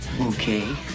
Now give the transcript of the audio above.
Okay